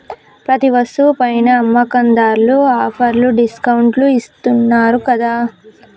ప్రతి వస్తువు పైనా అమ్మకందార్లు ఆఫర్లు డిస్కౌంట్లు ఇత్తన్నారు గదా